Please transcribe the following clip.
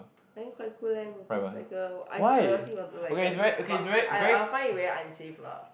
I think quite cool leh motorcycle I I honestly want to like go and but I I find it very unsafe lah